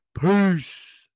Peace